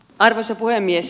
arvoisa puhemies